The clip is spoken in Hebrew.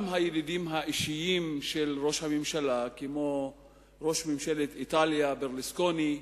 גם הידידים האישיים של ראש הממשלה כמו ראש ממשלת איטליה ברלוסקוני,